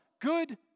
Good